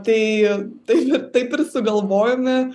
tai tai taip ir sugalvojome